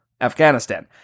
Afghanistan